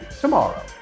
tomorrow